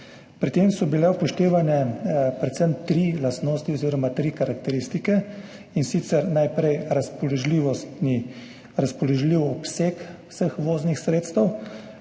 Pri tem so bile upoštevane predvsem tri lastnosti oziroma tri karakteristike, in sicer najprej razpoložljiv obseg vseh voznih sredstev,